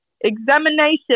Examination